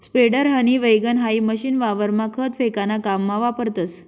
spreader, हनी वैगण हाई मशीन वावरमा खत फेकाना काममा वापरतस